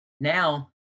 Now